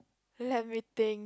let me think